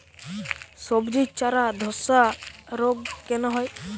সবজির চারা ধ্বসা রোগ কেন হয়?